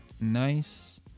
nice